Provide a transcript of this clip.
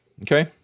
okay